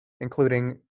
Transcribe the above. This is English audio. Including